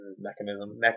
mechanism